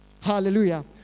Hallelujah